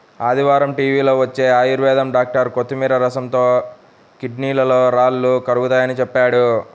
ఆదివారం టీవీలో వచ్చే ఆయుర్వేదం డాక్టర్ కొత్తిమీర రసంతో కిడ్నీలో రాళ్లు కరుగతాయని చెప్పాడు